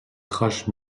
thrash